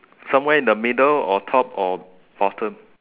somewhere in the middle or top or bottom